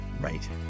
right